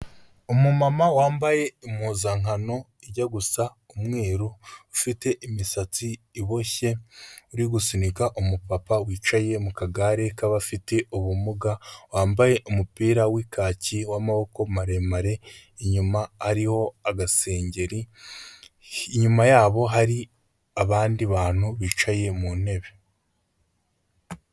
Umu mama wambaye impuzankano ijya gusa umweru, ufite imisatsi iboshye, iri gusunika umu papa wicaye mu kagare k'abafite ubumuga, wambaye umupira w'ikaki w'amaboko maremare, inyuma hariho agasengeri, inyuma yabo hari abandi bantu bicaye mu ntebe.